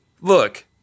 look